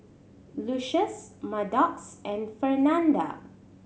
Lucious Maddox and Fernanda